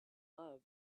love